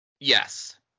Yes